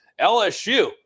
LSU